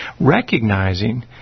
recognizing